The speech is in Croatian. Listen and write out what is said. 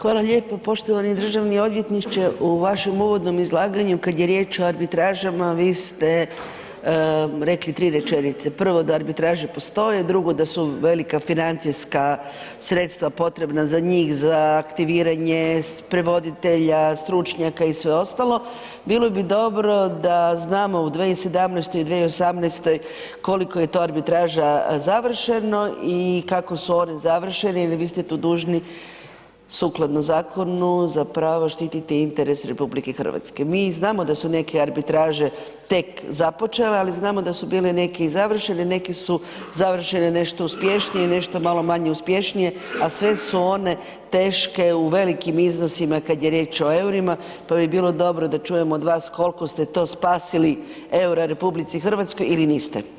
Hvala lijepo, poštovani državni odvjetniče u vašem uvodnom izlaganju kad je riječ o arbitražama vi ste rekli 3 rečenice, prvo da arbitraže postoje, drugo da su velika financijska sredstva potrebna za njih, za aktiviranje, prevoditelja, stručnjaka i sve ostalo, bilo bi dobro da znamo u 2017. i 2018. koliko je to arbitraža završeno i kako su oni završeni jel vi ste tu dužni sukladno zakonu zapravo štititi interes RH, mi znamo da su neke arbitraže tek započele, ali znamo da su bili neki i završeni, neki su završene nešto uspješnije, nešto malo manje uspješnije, a sve su one teške u velikim iznosima kad je riječ o EUR-ima, pa bi bilo dobro da čujemo od vas kolko ste to spasili EUR-a RH ili niste.